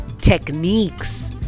Techniques